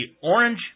Orange